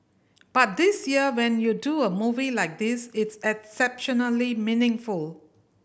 but this year when you do a movie like this it's exceptionally meaningful